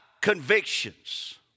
convictions